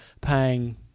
paying